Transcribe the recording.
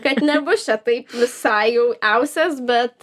kad nebus čia taip visai jau iausias bet